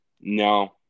No